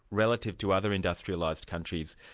relative to other industrialised countries,